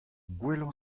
gwellañ